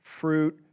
fruit